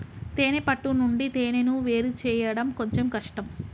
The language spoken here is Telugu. తేనే పట్టు నుండి తేనెను వేరుచేయడం కొంచెం కష్టం